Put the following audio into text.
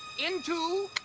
into,